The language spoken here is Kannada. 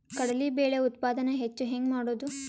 ಕಡಲಿ ಬೇಳೆ ಉತ್ಪಾದನ ಹೆಚ್ಚು ಹೆಂಗ ಮಾಡೊದು?